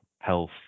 health